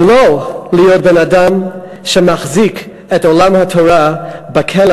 ולא להיות בן-אדם שמחזיק את עולם התורה בכלא